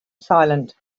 silent